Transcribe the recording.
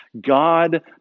God